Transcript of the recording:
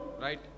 Right